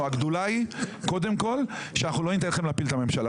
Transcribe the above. הגדולה היא קודם כל שאנחנו לא ניתן לכם להפיל את הממשלה,